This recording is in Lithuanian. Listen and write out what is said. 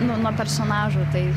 nuo nuo personažų tai